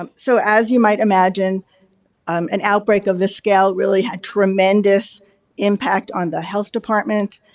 um so, as you might imagine an outbreak of this scale really had tremendous impact on the health department.